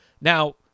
Now